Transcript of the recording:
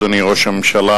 אדוני ראש הממשלה,